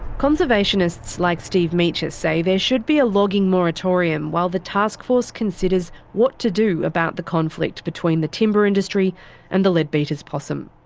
conservationists like steve meacher say there should be a logging moratorium while the taskforce considers what to do about the conflict between the timber industry and the leadbeater's possum.